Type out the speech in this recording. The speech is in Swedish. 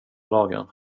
dagen